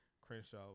Crenshaw